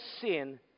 sin